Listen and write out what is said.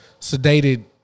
sedated